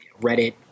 Reddit